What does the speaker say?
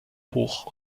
hoch